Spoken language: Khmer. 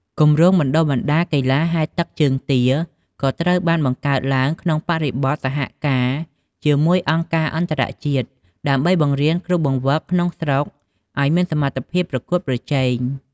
គម្រោងបណ្ដុះបណ្ដាលកីឡាហែលទឹកជើងទាក៏ត្រូវបានបង្កើតឡើងក្នុងបរិបទសហការជាមួយអង្គការអន្តរជាតិ ដើម្បីបង្រៀនគ្រូបង្វឹកក្នុងស្រុកឲ្យមានសមត្ថភាពប្រកួតប្រជែង។